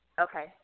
Okay